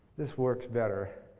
this works better.